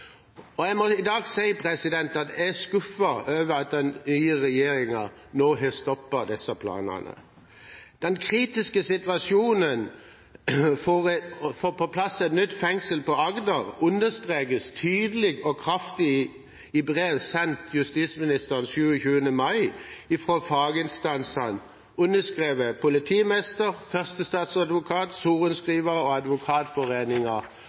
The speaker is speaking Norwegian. Jeg må i dag si at jeg er skuffet over at den nye regjeringen nå har stoppet disse planene. Den kritiske situasjonen for å få på plass et nytt fengsel på Agder understrekes tydelig og kraftig i brev sendt justisministeren 27. mai fra faginstansene, underskrevet politimester, førstestatsadvokat, sorenskriver og